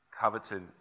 coveted